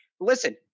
Listen